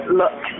look